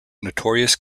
notorious